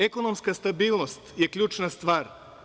Ekonomska stabilnost je ključna stvar.